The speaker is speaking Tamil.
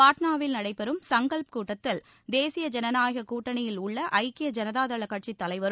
பாட்னாவில் நடைபெறும் சங்கல்ப் கூட்டத்தில் தேசிய ஜனநாயக கூட்டணியில் உள்ள ஜக்கிய ஜனதா தள கட்சித்தலைவரும்